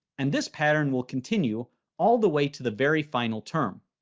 and this pattern will continue all the way to the very final term.